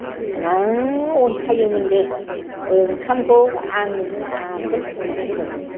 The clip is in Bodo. थिखोनां अनखायोमोन दे ओंखामखौ आंनोनो आगोल खुरनानै होबावोमोन